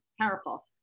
powerful